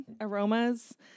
aromas